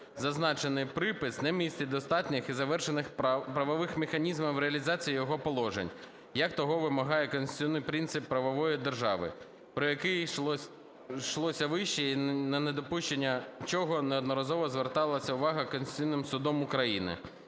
зазначений припис не містить достатніх і завершених правових механізмів в реалізації його положень, як того вимагає конституційний принцип правової держави, про який йшлося вище, і на недопущення чого неодноразово зверталась увага Конституційним Судом України.